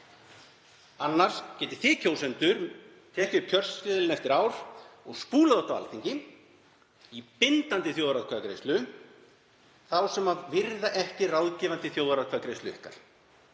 Annars getið þið, kjósendur, tekið upp kjörseðilinn eftir ár og spúlað út af Alþingi í bindandi þjóðaratkvæðagreiðslu þá sem virða ekki ráðgefandi þjóðaratkvæðagreiðslu ykkar.